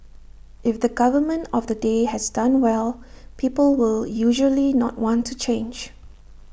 if the government of the day has done well people will usually not want to change